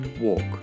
walk